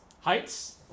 Heights